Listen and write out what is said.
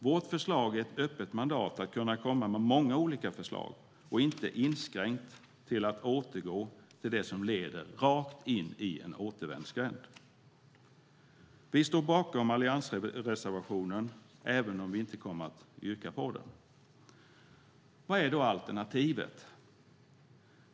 Vårt förslag är ett öppet mandat för att man ska kunna komma med många olika förslag i stället för en inskränkt återgång till det som leder rakt in i en återvändsgränd. Vi står bakom alliansreservationen även om vi inte kommer att yrka bifall till den. Vad är då alternativet?